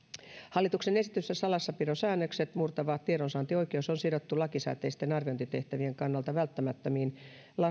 hallituksen esityksessä salassapitosäännökset murtava tiedonsaantioikeus on sidottu lakisääteisten arviointitehtävien kannalta välttämättömiin